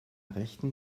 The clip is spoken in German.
rechten